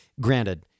granted—